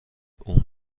اون